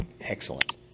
Excellent